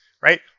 right